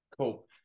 cool